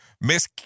Miss